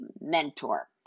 mentor